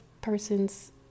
person's